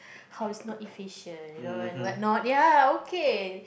how is not efficient you know and what not ya okay